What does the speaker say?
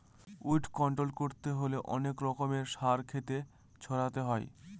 weed control করতে হলে অনেক রকমের সার ক্ষেতে ছড়াতে হয়